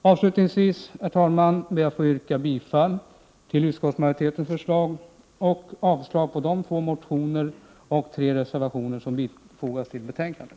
Avslutningsvis, herr talman, ber jag att få yrka bifall till utskottsmajoritetens förslag och avslag på de tre reservationer som fogats till betänkandet.